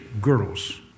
girls